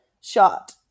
shot